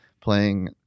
playing